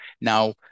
Now